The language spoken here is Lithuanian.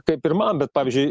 kaip pirmam bet pavyzdžiui